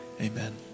Amen